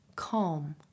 calm